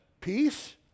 peace